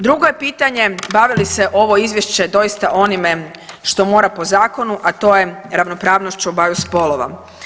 Drugo je pitanje bavili li se ovo izvješće doista onime što mora po zakonu, a to je ravnopravnošću obaju spolova.